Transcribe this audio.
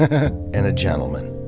ah and a gentleman.